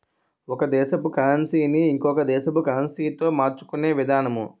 ఒక దేశపు కరన్సీ ని ఇంకొక దేశపు కరెన్సీతో మార్చుకునే విధానము